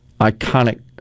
iconic